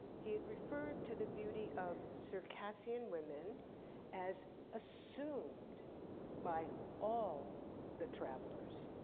he had referred to the beauty of circassian women as assumed by all the travelers.